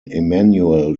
immanuel